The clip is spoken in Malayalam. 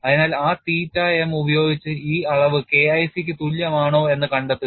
അതിനാൽ ആ തീറ്റ m ഉപയോഗിച്ച് ഈ അളവ് K IC ക്ക് തുല്യമാണോ എന്ന് കണ്ടെത്തുക